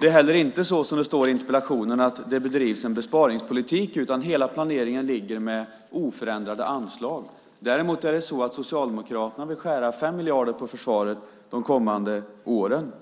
Det är heller inte så som det står i interpellationen, att det bedrivs en besparingspolitik, utan hela planeringen ligger kvar med oförändrade anslag. Däremot vill Socialdemokraterna skära 5 miljarder på försvaret de kommande åren.